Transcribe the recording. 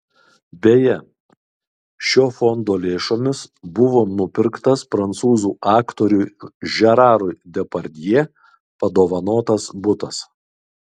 beje šio fondo lėšomis buvo nupirktas prancūzų aktoriui žerarui depardjė padovanotas butas